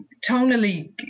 tonally